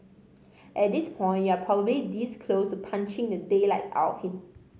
at this point you're probably this close to punching the daylights out of him